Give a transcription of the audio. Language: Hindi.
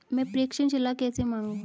मैं प्रेषण सलाह कैसे मांगूं?